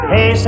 Hey